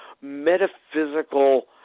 metaphysical